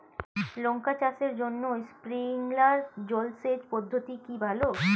লঙ্কা চাষের জন্য স্প্রিংলার জল সেচ পদ্ধতি কি ভালো?